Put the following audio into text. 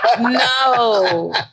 No